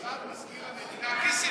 בעזרת מזכיר המדינה קיסינג'ר.